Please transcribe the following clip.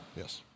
Yes